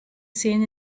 seen